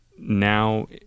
Now